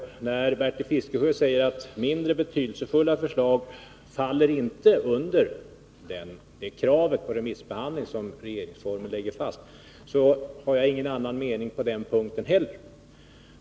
När Bertil Fiskesjö säger att mindre betydelsefulla förslag inte faller under det krav på remissbehandling som regeringsformen lägger fast, har jag ingen annan mening på den punkten heller.